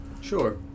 sure